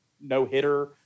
no-hitter